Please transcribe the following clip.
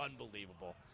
unbelievable